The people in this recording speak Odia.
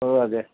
ହଉ ଆଜ୍ଞା